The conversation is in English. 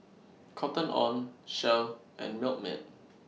Cotton on Shell and Milkmaid